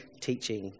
teaching